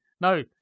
No